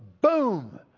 boom